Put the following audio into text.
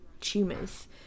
tumors